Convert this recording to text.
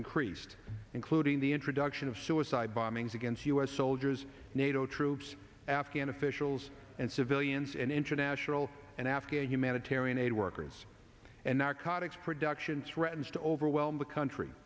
increased including the introduction of suicide bombings against u s soldiers nato troops afghan officials and civilians and international and afghan humanitarian aid workers and narcotics production threatens to overwhelm the country